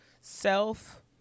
self